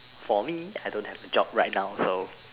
for me I don't have a job right now so